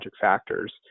factors